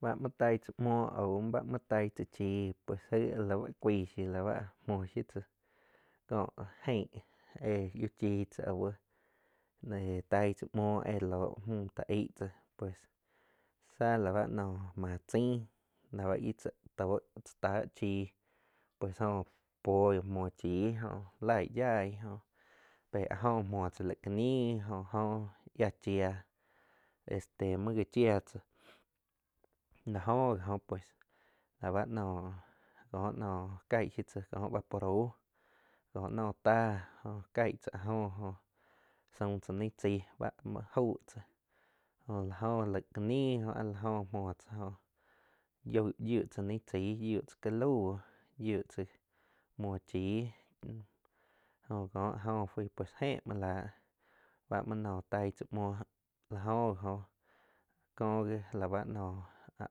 Báh muóh taig tsa muoh aum, moug taig tzá chii, pues aig áh lá úh cuaig shiú lá bá mho shiu tzá ko eing éh yiú chí tzá au taigh tzá muoh éh loh mü táh aig tzá, pues tzáh láh nou máh chain la íh chá tóh cha tá chíi pue jó pui muo chii laig yai pé áh jpo muo tzá muo ká níh jó yia chía, este muo já chia tzála jóh gi óh pues la bah nóh ko noh caig tzá kó bá puó raú kó nóh táh caig tzá ah jó suam tzá nih tsai báh muoh jau tzá jóh la jó laig ka nih ah la joh muoh tzá jó yiuh tzá nih tsaí, yiuh tzá ka lau, yiuh tzá muo chíh jo ko áh jo pues jé muo láh báh muo nuom tai tza muo. La jóh gí oh kó jhí la bá nó áh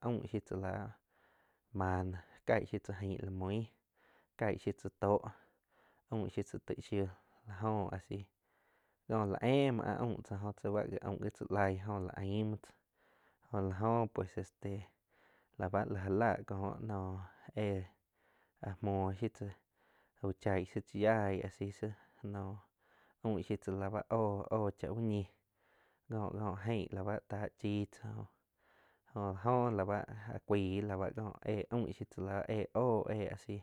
aum shiu tzá lá máh ná caig shiu tzá aing la muih caig shiu tzá toh aum shiu tzá teig shiú la joh a si ko la eh muo a aum tzá chi báh já aum gi tzá laig jó láh aim muo tzá jo la jó pues este la bá la ja lá kó naum áh muoh shiu tzá, úh chaig shiu tzá yaíh a si, si noum aum shiu tzá oh-oh chá úh ñi kó-ko eing la báh tá chii tzá joh-joh la báh áh cuaig la ba éh aum shiu tzá la báh éh óhóh éh a si.